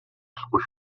болохгүй